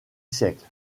siècle